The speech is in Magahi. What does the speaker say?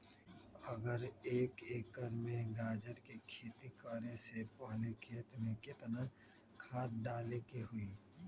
अगर एक एकर में गाजर के खेती करे से पहले खेत में केतना खाद्य डाले के होई?